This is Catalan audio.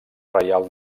reial